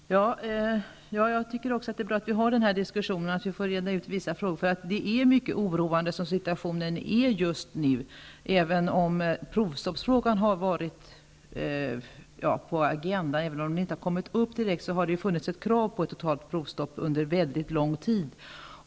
Fru talman! Jag tycker också att det är bra att vi har den här diskussionen och får reda ut vissa frågor. Situationen är mycket oroande just nu. Provstoppsfrågan har varit på agendan, och även om den inte har tagits upp direkt, har det ju funnits ett krav på ett totalt provstopp under mycket lång tid.